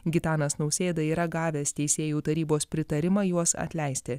gitanas nausėda yra gavęs teisėjų tarybos pritarimą juos atleisti